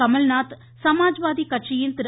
கமல்நாத் சமாஜ்வாடி கட்சியின் திரு